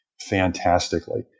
fantastically